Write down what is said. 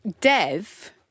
dev